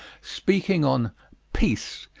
speaking on peace,